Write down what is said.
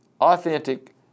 Authentic